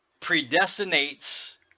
predestinates